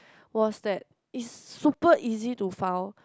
was that is super easy to foul